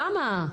כמה?